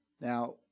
Now